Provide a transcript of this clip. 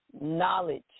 knowledge